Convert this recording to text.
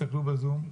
תסתכלו בזום.